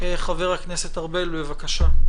חבר הכנסת ארבל, בבקשה.